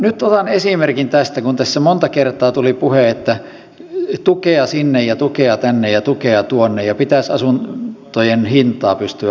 nyt otan esimerkin tästä kun tässä monta kertaa tuli puhe että tukea sinne ja tukea tänne ja tukea tuonne ja pitäisi asuntojen hintaa pystyä alentamaan